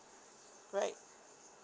right